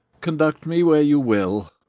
conduct me where you will.